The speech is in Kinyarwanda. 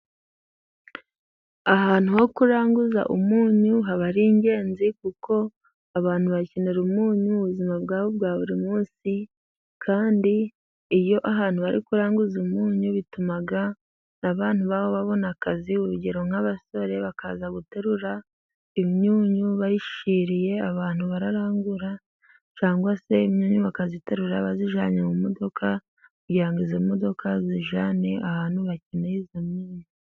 Ahantu ho kuranguza umunyu haba ari ingenzi , kuko abantu bakenera umunyu mubuzima bwabo bwa buri munsi, kandi iyo ahantu bari kuranguza umunyu bituma abantu babona akazi, urugero nk'abasore bakaza guterura imyunyu bayishyiriye abantu bararangura, cyangwa se imyunyu bakayiterura bayijyanye mu modoka kugirango iyo modoka iyijyane ahantu bakeneye iyo myunyu.